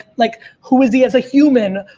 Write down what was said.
like who is he as a human?